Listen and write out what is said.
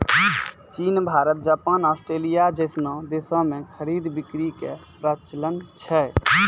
चीन Bharat Japan Australia जैसनो देश मे खरीद बिक्री के प्रचलन छै